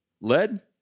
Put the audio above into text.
lead